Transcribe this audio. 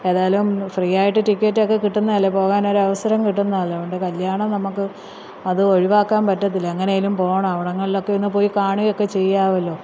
ഏതാലും ഫ്രീയായിട്ട് ടിക്കറ്റൊക്കെ കിട്ടുന്നതല്ലേ പോകാനൊരവസരം കിട്ടുന്നതല്ലേ അതുകൊണ്ട് കല്യാണം നമുക്ക് അത് ഒഴിവാക്കാൻ പറ്റത്തില്ല എങ്ങനേലും പോകണം അവിടങ്ങളിലൊക്കെ ഒന്നു പോയി കാണുകയൊക്കെ ചെയ്യാമല്ലോ